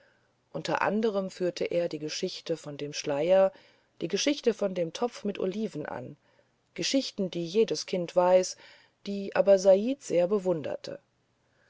unter anderem führte er die geschichte von dem seiler die geschichte von dem topf mit oliven an geschichten die jedes kind weiß die aber said sehr bewunderte